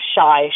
shy